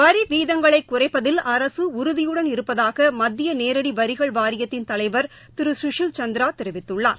வரிவீதங்களைகுறைப்பதில் அரகஉறுதியுடன் இருப்பதாகமத்தியநேரடிவரிகள் வாரியத்தின் தலைவர் திருசுஷில் சந்திராதெரிவித்துள்ளார்